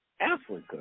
Africa